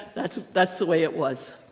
that's that's the way it was.